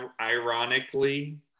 ironically